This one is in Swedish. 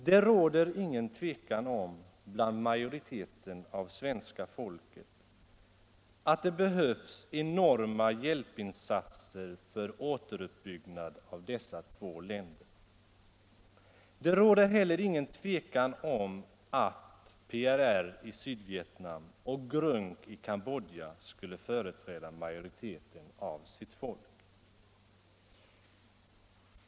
Det råder ingen tvekan om — bland majoriteten av svenska folket — att det behövs enorma hjälpinsatser för återuppbyggnad av dessa två länder. Det råder heller ingen tvekan om att PRR i Sydvietnam och GRUNK i Cambodja skulle företräda majoriteten av sitt folk.